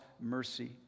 mercy